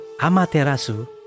Amaterasu